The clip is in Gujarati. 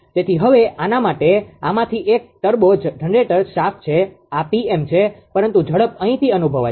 તેથી હવે આના માટે આમાંથી એક ટર્બો જનરેટર શાફ્ટ છે આ 𝑃𝑚 છે પરંતુ ઝડપ અહીંથી અનુભવાય છે